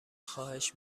خواهش